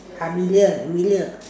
amelia amelia